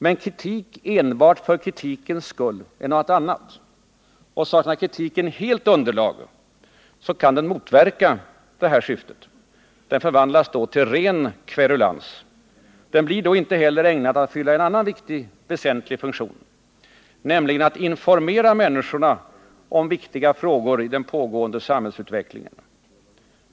Men kritik enbart för kritikens skull är något annat. Och saknar kritiken helt underlag motverkar den sitt syfte. Den förvandlas då till ren kverulans. Den blir då inte heller ägnad att fylla en annan väsentiig funktion, nämligen att informera människorna om viktiga frågor i den pågående samhällsutvecklingen.